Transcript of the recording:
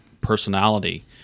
personality